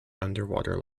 underwater